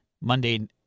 Monday